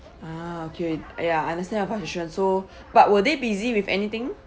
ah okay uh ya I understand your frustration so but were they busy with anything